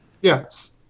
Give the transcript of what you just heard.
Yes